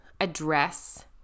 address